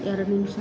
एरड् निमेषः